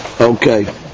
Okay